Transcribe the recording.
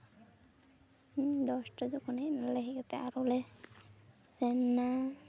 ᱫᱚᱥᱴᱟ ᱡᱚᱠᱷᱚᱱ ᱦᱮᱡᱱᱟᱞᱮ ᱦᱮᱡ ᱠᱟᱛᱮ ᱟᱨᱚ ᱞᱮ ᱥᱮᱱ ᱱᱟ